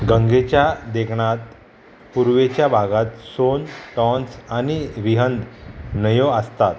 गंगेच्या देगणांत पुर्वेच्या भागात सोन टॉन्स आनी विहंद न्हंयो आसतात